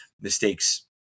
mistakes